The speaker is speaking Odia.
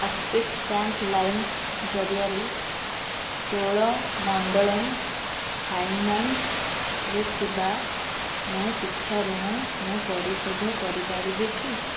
ଆକ୍ସିସ୍ ବ୍ୟାଙ୍କ୍ ଲାଇମ୍ ଜରିଆରେ ଚୋଳ ମଣ୍ଡଳମ୍ ଫାଇନାନ୍ସରେ ଥିବା ମୋ ଶିକ୍ଷା ଋଣ ମୁଁ ପରିଶୋଧ କରିପାରିବି କି